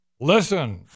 Listen